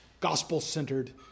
gospel-centered